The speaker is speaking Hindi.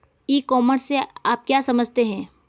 ई कॉमर्स से आप क्या समझते हो?